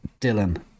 Dylan